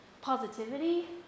positivity